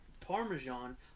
Parmesan